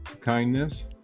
kindness